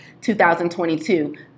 2022